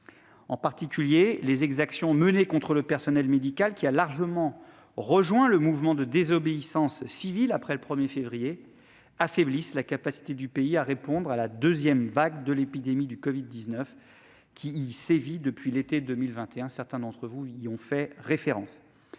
En particulier, les exactions menées contre le personnel médical, qui a largement rejoint le mouvement de désobéissance civile après le 1 février, affaiblissent la capacité du pays à répondre à la deuxième vague de l'épidémie de covid-19, qui sévit depuis l'été 2021 ; certains d'entre vous y ont fait référence.